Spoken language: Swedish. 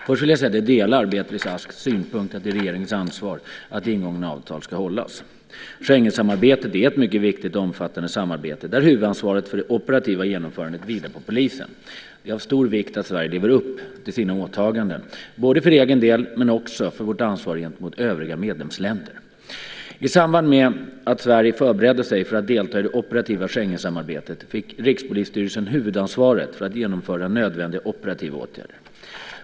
Först vill jag säga att jag delar Beatrice Asks synpunkt att det är regeringens ansvar att ingångna avtal ska hållas. Schengensamarbetet är ett mycket viktigt och omfattande samarbete där huvudansvaret för det operativa genomförandet vilar på polisen. Det är av stor vikt att Sverige lever upp till sina åtaganden, både för egen del men också för vårt ansvar gentemot övriga medlemsländer. I samband med att Sverige förberedde sig för att delta i det operativa Schengensamarbetet fick Rikspolisstyrelsen huvudansvaret för att genomföra nödvändiga operativa åtgärder.